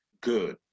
good